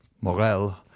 Morel